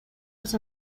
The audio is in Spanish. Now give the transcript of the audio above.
los